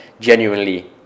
genuinely